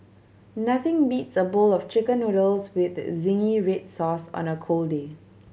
nothing beats a bowl of Chicken Noodles with zingy red sauce on a cold day